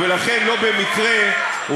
המשיך אחריו ראש הרשימה,